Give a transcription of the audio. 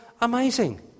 amazing